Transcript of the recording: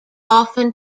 often